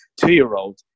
two-year-old